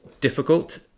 difficult